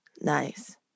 Nice